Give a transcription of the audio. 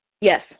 Yes